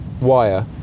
wire